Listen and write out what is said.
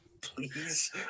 please